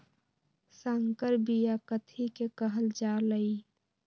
संकर बिया कथि के कहल जा लई?